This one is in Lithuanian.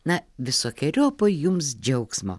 na visokeriopo jums džiaugsmo